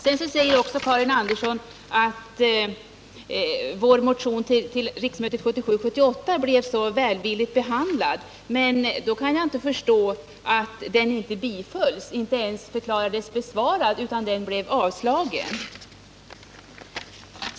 Sedan säger också Karin Andersson att vår motion till riksmötet 1977/78 blev så välvilligt behandlad. Men då kan jag inte förstå att den inte bifölls eller ens förklarades besvarad — motionen avslogs.